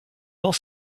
dans